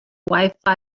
wifi